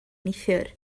neithiwr